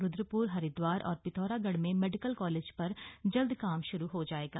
रूद्रप्र हरिद्वार और पिथौरागढ़ में medical college पर जल्द काम शुरू हो जाएगा